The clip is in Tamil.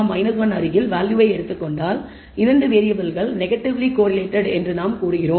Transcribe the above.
rxy 1 அருகில் வேல்யூவை எடுத்துக் கொண்டால்2 வேறியபிள்கள் நெகடிவ்லி கோரிலேடட் என்று நாங்கள் கூறுகிறோம்